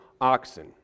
oxen